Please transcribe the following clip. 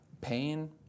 pain